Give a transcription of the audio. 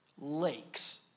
lakes